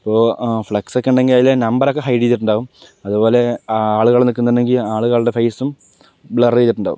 ഇപ്പോൾ ഫ്ലക്സ് ഒക്കെ ഉണ്ടെങ്കിൽ അതിലെ നമ്പർ ഒക്കെ ഹൈഡ് ചെയ്തിട്ടുണ്ടാകും അതുപോലെ ആളുകൾ നിൽക്കുന്നുണ്ടെങ്കിൽ ആളുകളുടെ ഫേസും ബ്ലർ ചെയ്തിട്ടുണ്ടാകും